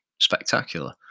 spectacular